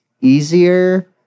easier